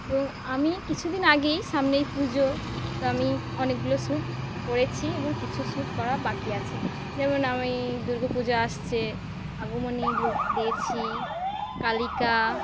এবং আমি কিছুদিন আগেই সামনেই পুজো তো আমি অনেকগুলো স্যুট করেছি এবং কিছু স্যুট করা বাকি আছে যেমন আমি দুর্গো পূজা আসছে আগমণি লোক দিয়েছি কালিকা